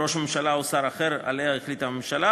ראש הממשלה או שר אחר שעליו החליטה הממשלה.